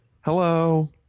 Hello